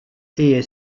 est